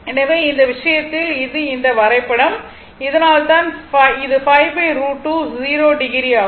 எனவே இந்த விஷயத்தில் இது இந்த வரைபடம் அதனால்தான் இது 5√2 ∠0o ஆகும்